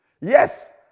Yes